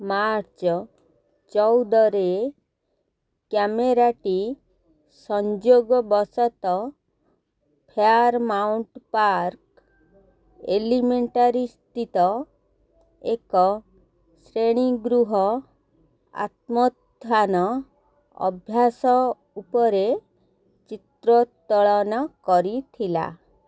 March ଚଉଦରେ କ୍ୟାମେରାଟି ସଂଯୋଗବଶତଃ ଫେୟାରମାଉଣ୍ଟ୍ ପାର୍କ ଏଲିମେଣ୍ଟାରୀ ସ୍ଥିତ ଏକ ଶ୍ରେଣୀଗୃହ ଆତ୍ମୋତ୍ଥାନ ଅଭ୍ୟାସ ଉପରେ ଚିତ୍ରୋତ୍ତଳନ କରିଥିଲା